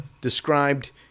described